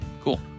Cool